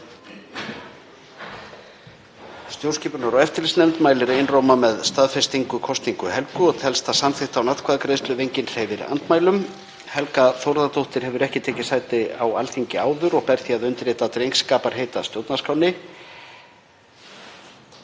Stjórnskipunar- og eftirlitsnefnd mælir einróma með staðfestingu kosningu Helgu og telst það samþykkt án atkvæðagreiðslu ef enginn hreyfir andmælum. Helga Þórðardóttir hefur ekki áður tekið sæti á Alþingi áður og ber því að undirrita drengskaparheit að stjórnarskránni.